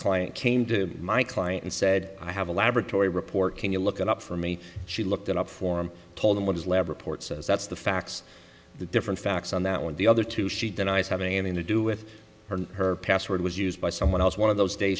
client came to my client and said i have a laboratory report can you look at up for me she looked it up for him told him what his lab report says that's the facts the different facts on that one the other two she denies having any to do with her or her password was used someone else one of those day